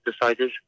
decided